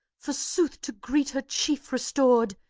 forsooth, to greet her chief restored!